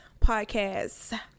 podcast